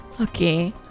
okay